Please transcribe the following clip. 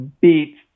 beats